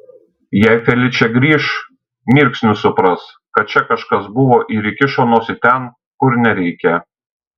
jei feličė grįš mirksniu supras kad čia kažkas buvo ir įkišo nosį ten kur nereikia